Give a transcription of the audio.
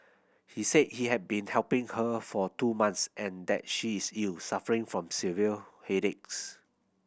he said he had been helping her for two months and that she is ill suffering from severe headaches